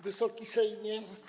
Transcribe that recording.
Wysoki Sejmie!